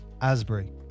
Asbury